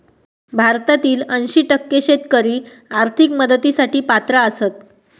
भारतातील ऐंशी टक्के शेतकरी आर्थिक मदतीसाठी पात्र आसत